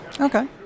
Okay